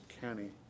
County